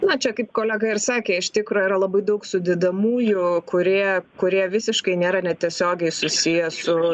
na čia kaip kolega ir sakė iš tikro yra labai daug sudedamųjų kurie kurie visiškai nėra net tiesiogiai susiję su